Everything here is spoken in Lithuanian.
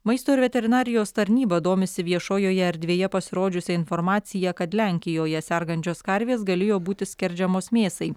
maisto ir veterinarijos tarnyba domisi viešojoje erdvėje pasirodžiusi informacija kad lenkijoje sergančios karvės galėjo būti skerdžiamos mėsai